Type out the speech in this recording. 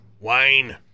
Wayne